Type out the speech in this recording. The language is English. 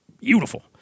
beautiful